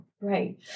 Right